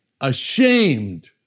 ashamed